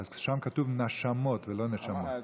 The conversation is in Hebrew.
אז שם כתוב נַשָּׁמוֹת ולא נְשָׁמוֹת.